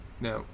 now